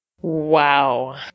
Wow